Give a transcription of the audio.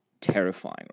terrifying